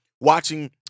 watching